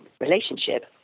relationship